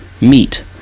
meat